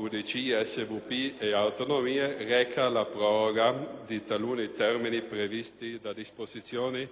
UDC, SVP e Autonomie, reca la proroga di taluni termini previsti da disposizioni